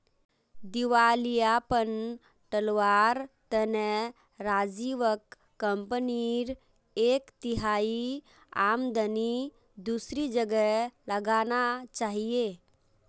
दिवालियापन टलवार तने राजीवक कंपनीर एक तिहाई आमदनी दूसरी जगह लगाना चाहिए